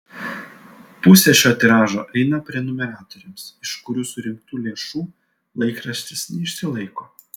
pusė šio tiražo eina prenumeratoriams iš kurių surinktų lėšų laikraštis neišsilaiko